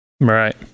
Right